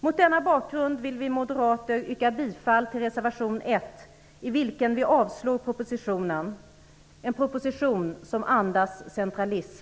Mot denna bakgrund vill vi moderater yrka bifall till reservation 1, i vilken vi yrkar avslag på propositionen - en proposition som andas centralism.